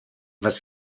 was